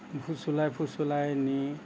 ফুচলাই ফুচলাই নি